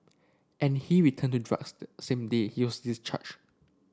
and he returned to drugs the same day he was discharged